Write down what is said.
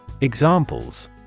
Examples